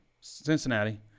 Cincinnati